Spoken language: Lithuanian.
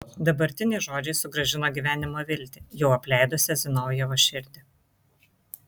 dabartiniai žodžiai sugrąžino gyvenimo viltį jau apleidusią zinovjevo širdį